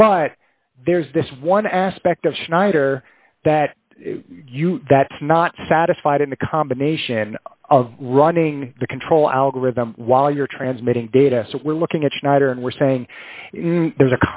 but there's this one aspect of schneider that you that's not satisfied in the combination of running the control algorithm while you're transmitting data so we're looking at schneider and we're saying there's a